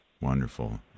Wonderful